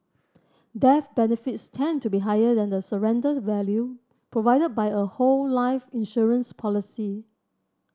death benefits tend to be higher than the surrenders value provided by a whole life insurance policy